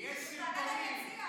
ויש סרטונים.